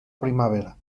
primavera